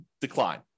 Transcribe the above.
decline